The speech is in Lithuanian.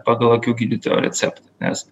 pagal akių gydytojo receptą nes